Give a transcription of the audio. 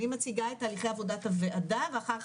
אני מציגה את תהליכי עבודת הוועדה ואחר כך.